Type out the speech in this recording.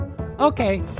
Okay